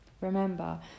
Remember